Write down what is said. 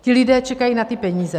Ti lidé čekají na ty peníze.